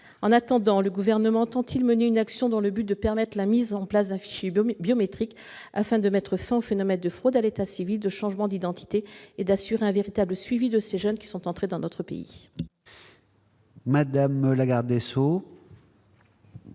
En attendant, le Gouvernement entend-il mener une action dans le but de permettre la mise en place d'un fichier biométrique, afin de mettre fin aux phénomènes de fraude à l'état civil, de changements d'identité et d'assurer un véritable suivi de ces jeunes qui sont entrés dans notre pays ? La parole est